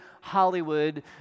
Hollywood